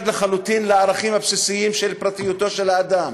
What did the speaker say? לחלוטין לערכים הבסיסיים של פרטיותו של האדם.